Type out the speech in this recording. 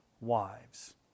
wives